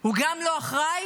הוא גם לא אחראי